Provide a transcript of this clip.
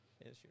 issue